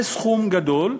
זה סכום גדול,